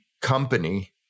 company